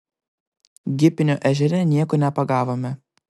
gipinio ežere nieko nepagavome